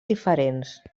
diferents